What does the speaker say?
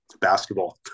basketball